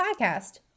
Podcast